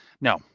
no